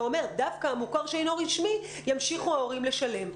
שאומר דווקא המוכר שאינו רשמי ימשיכו ההורים לשלם.